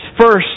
first